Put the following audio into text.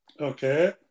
Okay